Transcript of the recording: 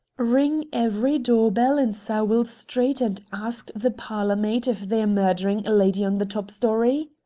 ring every door-bell in sowell street and ask the parlor-maid if they're murdering a lady on the top story?